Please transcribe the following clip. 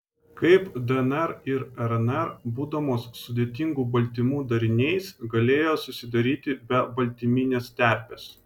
kaip dnr ir rnr būdamos sudėtingų baltymų dariniais galėjo susidaryti be baltyminės terpės